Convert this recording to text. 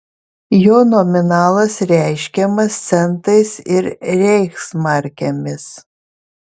jo nominalas reiškiamas centais ir reichsmarkėmis